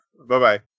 Bye-bye